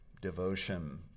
devotion